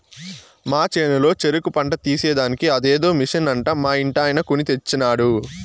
మా చేనులో చెరుకు పంట తీసేదానికి అదేదో మిషన్ అంట మా ఇంటాయన కొన్ని తెచ్చినాడు